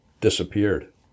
disappeared